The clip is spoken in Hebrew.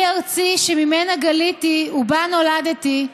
היא ארצי, שממנה גליתי ובה נולדתי,